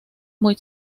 muy